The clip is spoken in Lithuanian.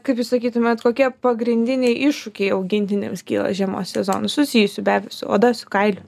kaip jūs sakytumėt kokie pagrindiniai iššūkiai augintiniams kyla žiemos sezonu susijusių be abejo su oda su kailiu